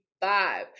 Five